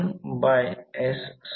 तर हा प्रॉब्लेम दिला आहे